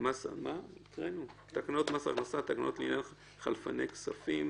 מס הכנסה (תקנות לעניין חלפני כספים).